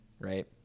right